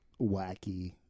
wacky